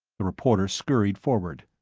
the reporter scurried forward,